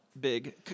big